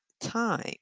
time